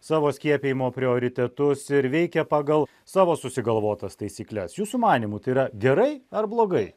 savo skiepijimo prioritetus ir veikia pagal savo susigalvotas taisykles jūsų manymu tai yra gerai ar blogai